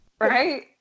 right